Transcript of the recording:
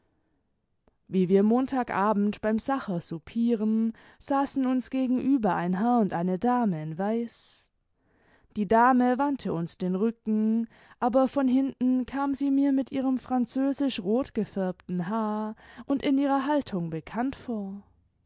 wie wir montag abend beim sacher soupieren saßen uns gegenüber ein herr und eine dame in weiß die dame wandte ims den rücken aber von hinten kam sie mir mit ihrem französisch rot gefärbten haar imd in ihrer haltung bekannt vor